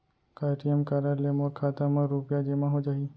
का ATM card ले मोर खाता म रुपिया जेमा हो जाही?